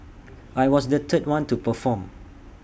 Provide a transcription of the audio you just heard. I was the third one to perform